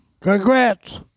Congrats